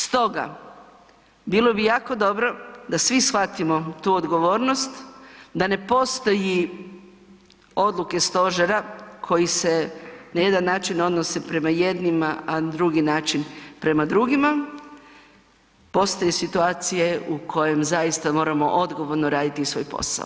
Stoga, bilo bi jako dobro da svi shvatimo tu odgovornost, da ne postoji odluke stožera koji se na jedan način odnose prema jednima, a na drugi način prema drugima, postoje situacije u kojim zaista moramo odgovorno raditi svoj posao.